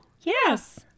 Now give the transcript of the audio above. yes